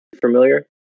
Familiar